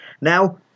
Now